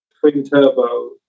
twin-turbo